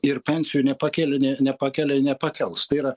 ir pensijų nepakėlė ne nepakelia i nepakels tai yra